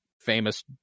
famous